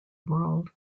world